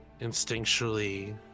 instinctually